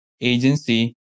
agency